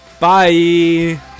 Bye